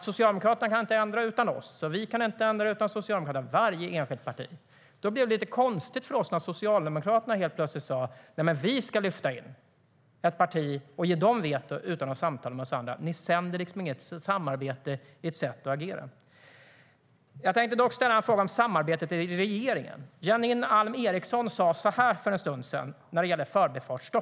Socialdemokraterna kan inte ändra utan oss, och vi kan inte ändra utan Socialdemokraterna. Det gäller varje enskilt parti. Då blev det lite konstigt för oss när Socialdemokraterna helt plötsligt sa att man skulle lyfta in ett parti och ge det veto utan att samtala med oss andra. Ni sänder liksom ingen signal om samarbete i ert sätt att agera. Jag tänkte dock ställa en fråga om samarbetet i regeringen.